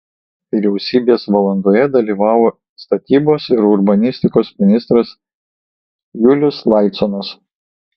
vyriausybės valandoje dalyvavo statybos ir urbanistikos ministras julius laiconas